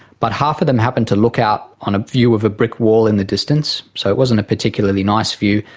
but half of them happened to look out on a view of a brick wall in the distance, so it wasn't a particularly nice view,